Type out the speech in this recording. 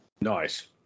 Nice